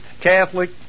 Catholic